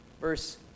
Verse